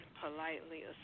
politely